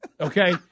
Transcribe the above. Okay